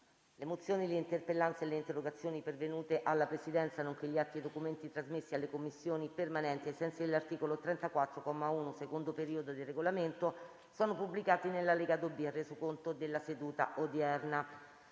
Le mozioni, le interpellanze e le interrogazioni pervenute alla Presidenza, nonché gli atti e i documenti trasmessi alle Commissioni permanenti ai sensi dell’articolo 34, comma 1, secondo periodo, del Regolamento sono pubblicati nell’allegato B al Resoconto della seduta odierna.